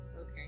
okay